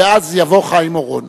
ואז יבוא חיים אורון.